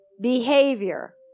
behavior